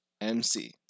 MC